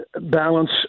balance